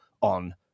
on